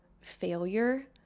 failure